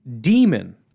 demon